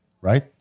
right